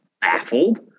baffled